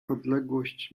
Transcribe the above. odległość